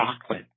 chocolate